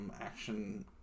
action